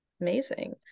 amazing